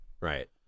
right